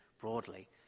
broadly